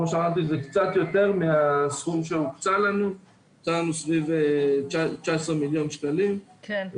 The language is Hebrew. מתוך זה הוקצו 138 מיליון שקל לתכניות שקשורות להון אנושי.